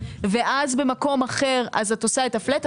ואז במקום אחר את עושה את הפלט,